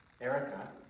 Erica